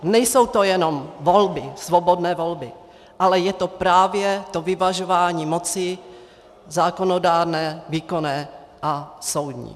Nejsou to jenom volby, svobodné volby, ale je to právě to vyvažování moci zákonodárné, výkonné a soudní.